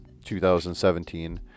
2017